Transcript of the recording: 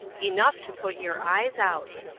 enough to put your eyes out.